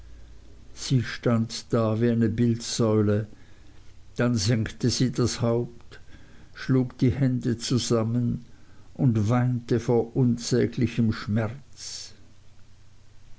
sie stand da wie eine bildsäule dann senkte sie das haupt schlug die hände zusammen und weinte vor unsäglichem schmerz